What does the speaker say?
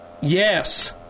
Yes